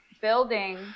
building